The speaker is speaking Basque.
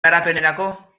garapenerako